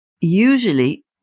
usually